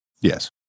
Yes